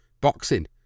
boxing